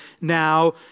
now